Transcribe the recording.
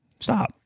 Stop